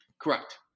Correct